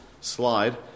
slide